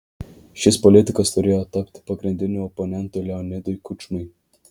šis politikas turėjo tapti pagrindiniu oponentu leonidui kučmai